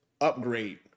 upgrade